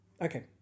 Okay